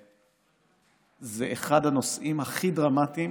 וזה אחד הנושאים הכי דרמטיים